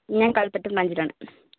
ഞാൻ കല്പറ്റ ബ്രാഞ്ചിലാണ്